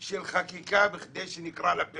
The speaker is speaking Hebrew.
לא התכוונתי להיות כל כך קצר בדבריי אבל